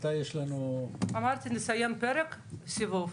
אמרתי, נסיים פרק וסבב.